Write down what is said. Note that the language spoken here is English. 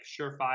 surefire